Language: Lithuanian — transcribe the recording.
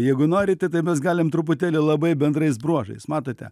jeigu norite tai mes galim truputėlį labai bendrais bruožais matote